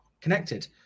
connected